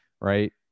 Right